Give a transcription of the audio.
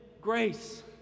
grace